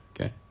Okay